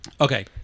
okay